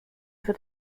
für